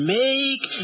make